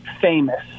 famous